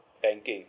banking